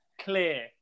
clear